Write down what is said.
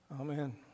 Amen